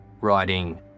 writing